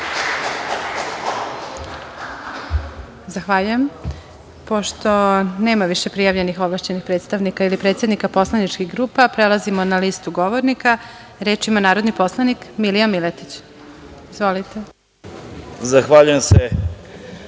Zahvaljujem. Pošto nema više prijavljenih ovlašćenih predstavnika ili predsednika poslaničkih grupa, prelazimo na listu govornika. Reč ima narodni poslanik Milija Miletić. Izvolite.